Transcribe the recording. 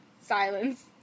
Silence